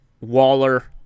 waller